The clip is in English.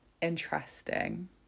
Interesting